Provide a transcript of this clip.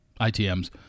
ITMs